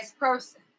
person